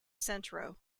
centro